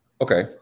Okay